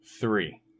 three